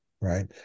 right